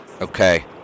Okay